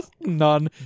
None